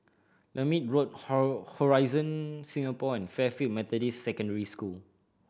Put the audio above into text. Lermit Road Horizon Singapore and Fairfield Methodist Secondary School